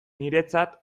niretzat